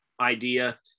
idea